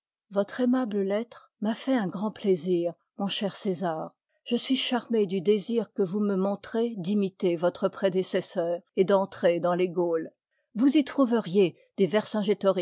votre aimable lettre m'a fait un grand rastadi lo août plaisir mon cher césar je suis charmé du désir que vous me montrez d'imiter votre prédécesseur et d'entrer dans les gaules vous y trouveriez des